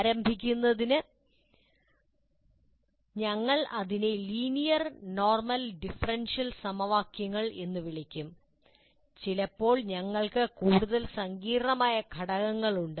ആരംഭിക്കുന്നതിന് ഞങ്ങൾ അതിനെ ലീനിയർ നോർമൽ ഡിഫറൻഷ്യൽ സമവാക്യങ്ങൾ എന്ന് വിളിക്കും ചിലപ്പോൾ ഞങ്ങൾക്ക് കൂടുതൽ സങ്കീർണ്ണമായ ഘടകങ്ങളുണ്ട്